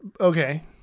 okay